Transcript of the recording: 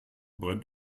brennt